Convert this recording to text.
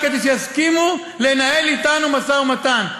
רק כדי שיסכימו לנהל אתנו משא-ומתן,